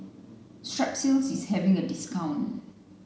strepsils is having a discount